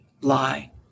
lie